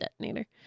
detonator